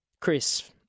chris